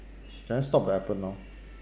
can I stop the appen now